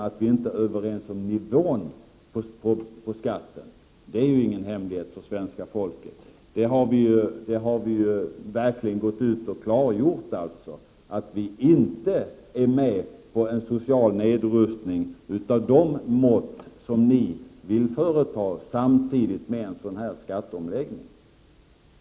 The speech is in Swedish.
Att vi inte är överens om nivån på skatten är ingen hemlighet för svenska folket. Det har vi verkligen gått ut och klargjort, att vi inte är med på en social nedrustning av det mått ni vill företa samtidigt med en sådan här skatteomläggning.